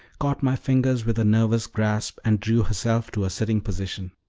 caught my fingers with a nervous grasp and drew herself to a sitting position.